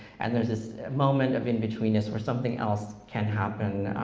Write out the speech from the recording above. and there's this moment of in betweenness where something else can happen,